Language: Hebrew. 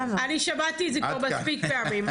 אני שמעתי את זה כבר מספיק פעמים.